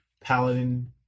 Paladin